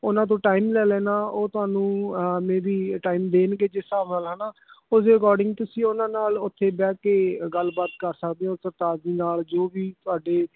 ਉਨ੍ਹਾਂ ਤੋਂ ਟਾਈਮ ਲੈ ਲੈਣਾ ਉਹ ਤੁਹਾਨੂੰ ਮੇ ਬੀ ਟਾਈਮ ਦੇਣਗੇ ਜਿਸ ਹਿਸਾਬ ਨਾਲ ਹੈ ਨਾ ਉਹਦੇ ਅਕੋਡਿੰਗ ਤੁਸੀਂ ਉਨ੍ਹਾਂ ਨਾਲ ਉੱਥੇ ਬਹਿ ਕੇ ਗੱਲ ਬਾਤ ਕਰ ਸਕਦੇ ਹੋ ਸਰਤਾਜ ਜੀ ਨਾਲ ਜੋ ਵੀ ਤੁਹਾਡੇ